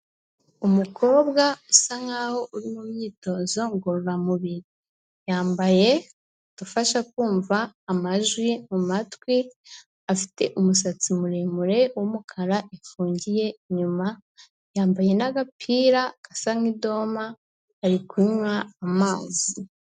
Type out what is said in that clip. Umukobwa usa nk'aho uri mu myitozo ngororamubiri. Yambaye udufasha kumva amajwi mu matwi, afite umusatsi muremure w'umukara ifungiye inyuma, yambaye n'agapira gasa nk'idoma ari kunywa amazi.